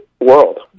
world